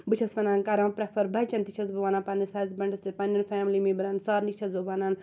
بہٕ چھس وَنان کَران پرٮ۪فر بچن تہِ چھس بہٕ وَنان پننس ہَسبنٛڈس تہِ پَننٮ۪ن فیملی میمبرن سارِنٕے چھس بہٕ ونان